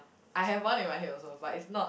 I have one in my head also but is not